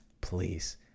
please